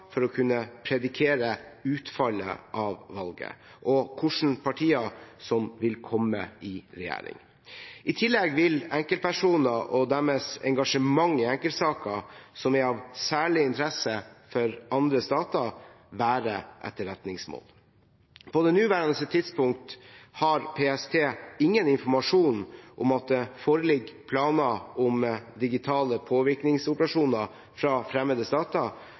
for å kunne predikere utfallet av valget og hvilke partier som vil komme i regjering. I tillegg vil enkeltpersoner og deres engasjement i enkeltsaker som er av særlig interesse for andre stater, være etterretningsmål. På det nåværende tidspunkt har PST ingen informasjon om at det foreligger planer om digitale påvirkningsoperasjoner fra fremmede stater